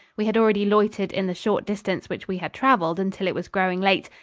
we had already loitered in the short distance which we had traveled until it was growing late,